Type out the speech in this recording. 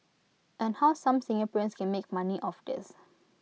and how some Singaporeans can make money of this